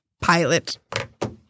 pilot